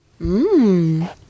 Mmm